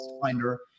Finder